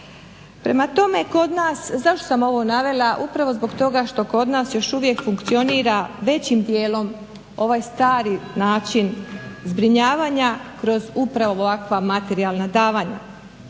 Prema tome, kod nas, zašto sam ovo navela? Upravo zbog toga što kod nas još uvijek funkcionira većim dijelom ovaj stari način zbrinjavanja kroz upravo ovakva materijalna davanja.